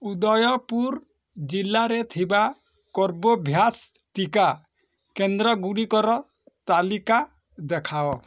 ଉଦୟପୁର ଜିଲ୍ଲାରେ ଥିବା କର୍ବୋଭ୍ୟାକ୍ସ ଟିକା କେନ୍ଦ୍ରଗୁଡ଼ିକର ତାଲିକା ଦେଖାଅ